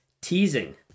teasing